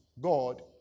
God